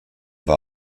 war